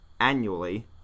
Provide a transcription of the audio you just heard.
annually